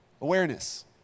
Awareness